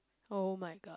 oh-my-god